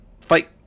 fight